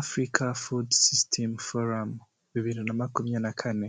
Africa food systems forum bibiri na makumyabiri na kane